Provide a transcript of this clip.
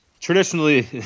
traditionally